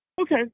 Okay